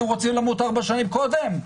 אתם רוצים למות ארבע שנים קודם?